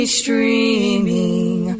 streaming